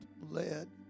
led